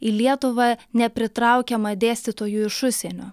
į lietuvą nepritraukiama dėstytojų iš užsienio